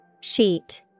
Sheet